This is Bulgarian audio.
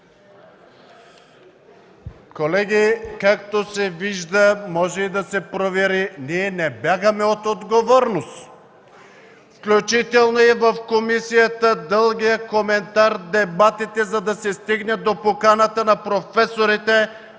Колеги, както се вижда, може и да се провери, ние не бягаме от отговорност. Включително и в комисията дългият коментар, дебатите, за да се стигне до поканата на професорите,